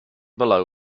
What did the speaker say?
below